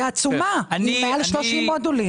היא עצומה, היא מעל 30 מודולים.